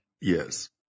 Yes